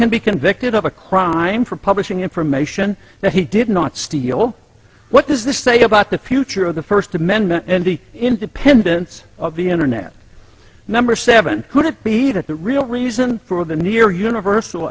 can be convicted of a crime for publishing information that he did not steal what does this say about the future of the first amendment and the independence of the internet number seven could it be that the real reason for the near universal